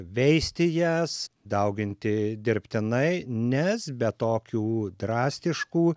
veisti jas dauginti dirbtinai nes be tokių drastiškų